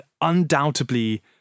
undoubtedly